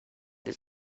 his